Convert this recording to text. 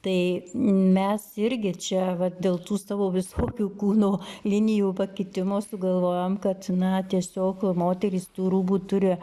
tai mes irgi čia vat dėl tų savo visokių kūno linijų pakitimo sugalvojom kad na tiesiog moterys tų rūbų turi